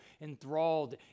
enthralled